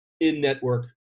in-network